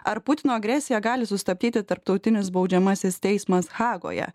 ar putino agresiją gali sustabdyti tarptautinis baudžiamasis teismas hagoje